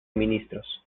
ministros